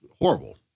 horrible